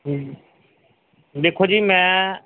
ਹੂੰ ਦੇਖੋ ਜੀ ਮੈਂ